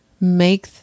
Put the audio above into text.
make